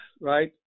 right